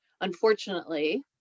unfortunately